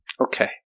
Okay